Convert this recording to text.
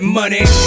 money